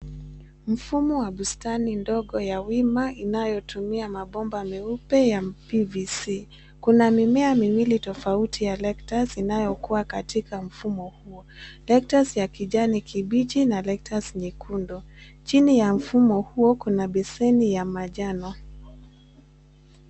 Mfumo wa bustani ndogo ya wima ,inayotumia mabomba meupe ya pvc .Kuna mimea miwili tofauti ya lettuce , inayokuwa katika mfumo huo. Lettuce ya kijani kibichi na lettuce nyekundu. Chini ya mfumo huo kuna beseni ya manjano.